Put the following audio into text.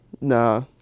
Nah